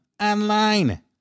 online